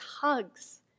hugs